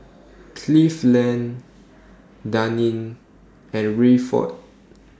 Cleveland Daneen and Rayford